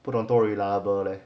不懂多 reliable leh